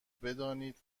بدانید